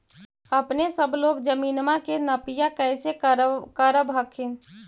अपने सब लोग जमीनमा के नपीया कैसे करब हखिन?